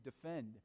defend